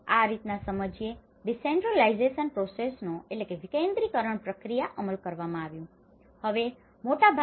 આમ આ રીતના સમજીને ડિસેન્ટ્રલાઈજેશન પ્રોસેસનો decentralization process વિકેન્દ્રીકરણ પ્રક્રિયા અમલ કરવામાં આવ્યો